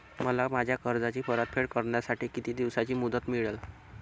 मला माझ्या कर्जाची परतफेड करण्यासाठी किती दिवसांची मुदत मिळेल?